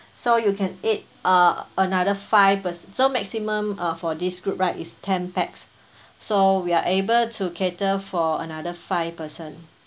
so you can add uh another five person so maximum uh for this group right is ten pax so we're able to cater for another five person